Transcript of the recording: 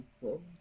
cool